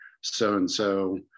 so-and-so